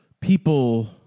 People